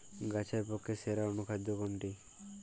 গাছের পক্ষে সেরা অনুখাদ্য কোনটি?